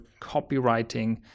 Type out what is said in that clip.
copywriting